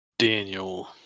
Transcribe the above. Daniel